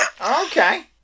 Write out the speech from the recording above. okay